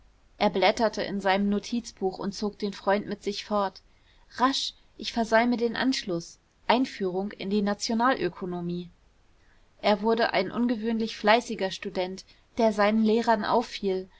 er blätterte in seinem notizbuch und zog den freund mit sich fort rasch ich versäume den anschluß einführung in die nationalökonomie er wurde ein ungewöhnlich fleißiger student der seinen lehrern auffiel